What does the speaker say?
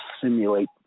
simulate